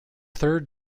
third